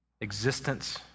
existence